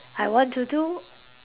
I want to do